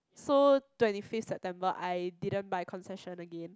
so twenty fifth September I didn't buy concession again